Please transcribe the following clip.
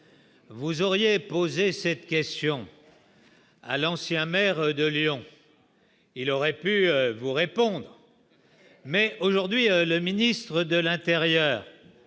vous auriez posé cette question à l'ancien maire de Lyon, il aurait pu vous répondra, mais aujourd'hui le ministre de l'Intérieur